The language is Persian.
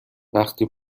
وقتی